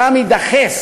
ושם יידחס